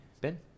Ben